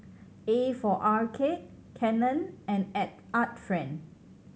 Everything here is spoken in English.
A for Arcade Canon and Art Friend